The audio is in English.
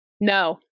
No